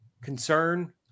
concern